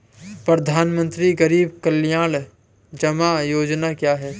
प्रधानमंत्री गरीब कल्याण जमा योजना क्या है?